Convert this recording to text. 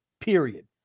period